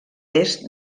est